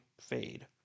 fade